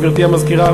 גברתי המזכירה,